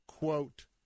Quote